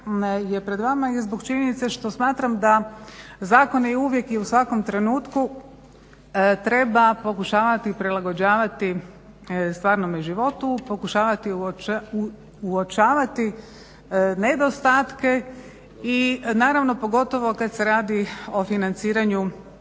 pred vama zbog činjenice što smatram da zakon uvijek i u svakom trenutku treba pokušavati prilagođavati stvarnome životu, pokušavati uočavati nedostatke i naravno pogotovo kad se radi o financiranju